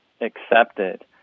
accepted